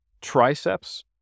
triceps